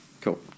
Cool